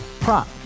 prop